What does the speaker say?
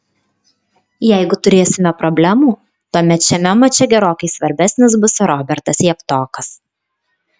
jeigu turėsime problemų tuomet šiame mače gerokai svarbesnis bus robertas javtokas